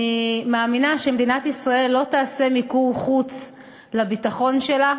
אני מאמינה שמדינת ישראל לא תעשה מיקור חוץ לביטחון שלה.